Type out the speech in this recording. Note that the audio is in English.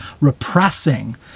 repressing